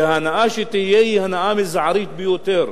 וההנאה שתהיה היא הנאה מזערית ביותר,